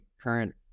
current